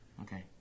Okay